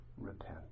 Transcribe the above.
repent